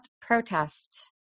protest